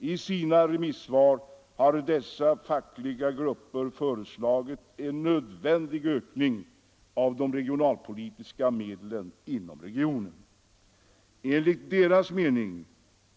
I sina remissvar har dessa fackliga grupper föreslagit en nödvändig ökning av de regionalpolitiska medlen inom regionen. Enligt deras mening